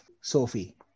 Sophie